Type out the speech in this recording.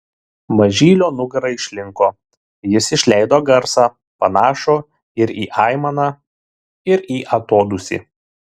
mažylio nugara išlinko jis išleido garsą panašų ir į aimaną ir į atodūsį